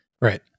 right